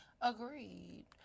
Agreed